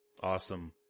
Awesome